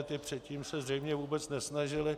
Ti předtím se zřejmě vůbec nesnažili.